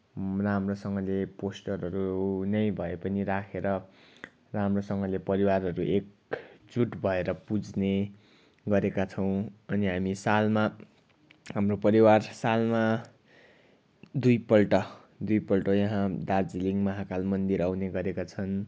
राम्रोसँगले पोस्टरहरू नै भए पनि राखेर राम्रोसँगले परिवारहरू एकजुट भएर पुज्ने गरेका छौँ अनि हामी सालमा हाम्रो परिवार सालमा दुईपल्ट दुईपल्ट यहाँ दार्जिलिङ माहाकाल मन्दिर आउने गरेका छन्